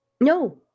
No